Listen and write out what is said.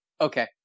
Okay